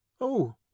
Oh